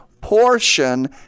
portion